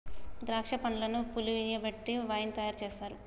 ద్రాక్ష పండ్లను పులియబెట్టి వైన్ తయారు చేస్తారు